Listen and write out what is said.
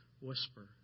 whisper